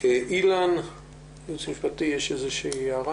אילן מהייעוץ המשפטי, יש לך מה להעיר?